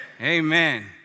Amen